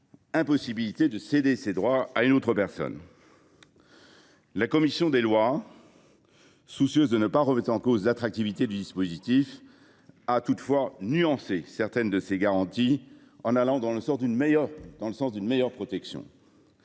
La commission des lois, soucieuse de ne pas remettre en cause l’attractivité du dispositif, a toutefois nuancé certaines de ces garanties, en allant dans le sens d’une meilleure protection